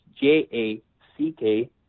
J-A-C-K